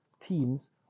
teams